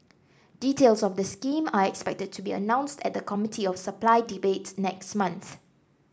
details of the scheme are expected to be announced at the Committee of Supply debate next month